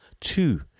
Two